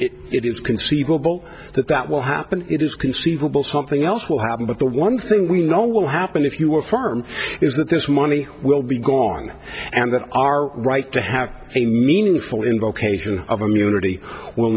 mean it is conceivable that that will happen it is conceivable something else will happen but the one thing we know will happen if you are firm is that this money will be gone and that our right to have a meaningful in vocation of immunity will